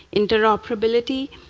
interoperability,